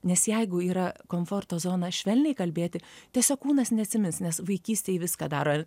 nes jeigu yra komforto zona švelniai kalbėti tiesiog kūnas nesimis nes vaikystėj viską daro